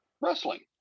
wrestling